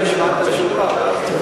בואי נשמע את התשובה ואז נחליט.